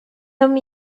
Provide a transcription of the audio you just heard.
him